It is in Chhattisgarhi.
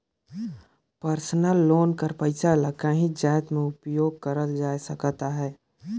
परसनल लोन कर पइसा ल काहींच जाएत में उपयोग करल जाए सकत अहे